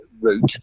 route